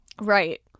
Right